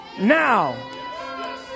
now